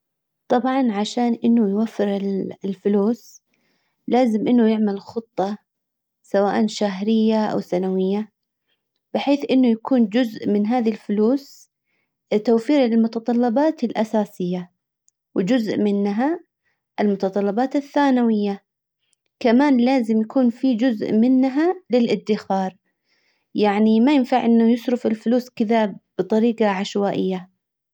طبعا عشان انه يوفر الفلوس لازم انه يعمل خطة سواء شهرية او سنوية بحيث انه يكون جزء من هذي الفلوس توفير للمتطلبات الاساسية وجزء منها المتطلبات الثانوية كمان لازم يكون في جزء منها للادخار. يعني ما ينفع انه يصرف الفلوس كدا بطريقة عشوائية.